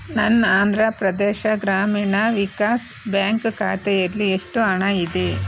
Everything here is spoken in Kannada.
ನನ್ನ ಆಂಧ್ರ ಪ್ರದೇಶ ಗ್ರಾಮೀಣ ವಿಕಾಸ್ ಬ್ಯಾಂಕ್ ಖಾತೆಯಲ್ಲಿ ಎಷ್ಟು ಹಣ ಇದೆ